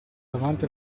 davanti